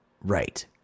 Right